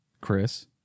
Chris